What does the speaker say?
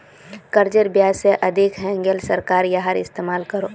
कर्जेर ब्याज से अधिक हैन्गेले सरकार याहार इस्तेमाल करोह